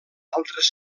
altres